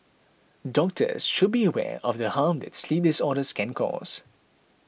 doctors should be aware of the harm that sleep disorders can cause